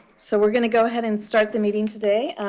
so we're going to go ahead and start the meeting today.